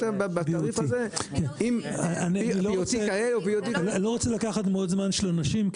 אני לא רוצה לקחת זמן של אנשים,